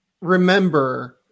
remember